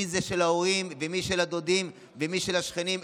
אם של ההורים ואם של הדודים ואם של השכנים.